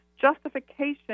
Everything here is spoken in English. justification